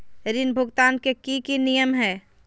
ऋण भुगतान के की की नियम है?